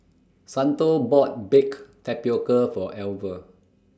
Santo bought Baked Tapioca For Alver